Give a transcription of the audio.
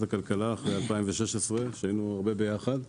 הכלכלה אחריי 2016 שהיינו הרבה יחד.